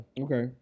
Okay